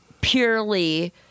purely